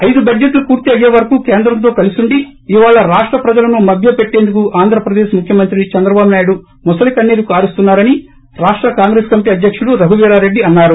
ఐదు బడ్లెట్లు పూర్తి అయ్యేవరకు కేంద్రంతో కలీసుండి ఇవాళ రాష్ట ప్రజలను మభ్యపెట్టేందుకు ఆంధ్రప్రదేశ్ ముఖ్యమంత్రి చంద్రబాబు నాయుడు మొసలి కన్సీరు కారుస్తున్నారని రాష్ట కాంగ్రెస్ కమిటీ అధ్యకుడు రఘువీరా రెడ్డి అన్సారు